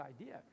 idea